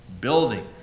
Building